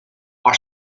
are